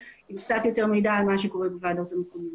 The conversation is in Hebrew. עם קצת יותר מידע על מה שקורה בוועדות המקומיות.